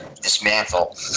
dismantle